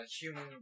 human